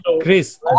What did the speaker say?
Chris